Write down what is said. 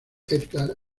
edgar